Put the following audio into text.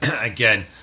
again